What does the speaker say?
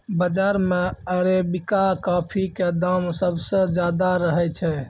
बाजार मॅ arabica coffee के दाम सबसॅ ज्यादा रहै छै